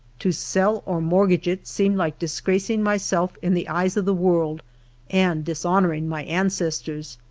to sell or mortgage it seemed like disgracing myself in the eyes of the world and dishonoring my an cestors.